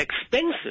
expensive